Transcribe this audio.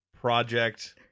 project